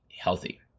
healthy